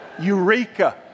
eureka